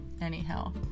Anyhow